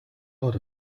lot